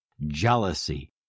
jealousy